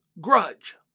grudge